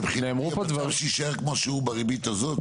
מבחינת המצב שיישאר כמו שהוא בריבית הזאת,